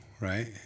right